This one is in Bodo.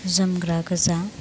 जोमग्रा गोजा